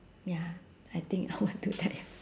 ya I think I want do that ya